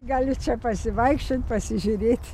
galit čia pasivaikščiot pasižiūrėt